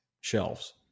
shelves